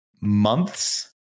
months